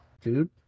dude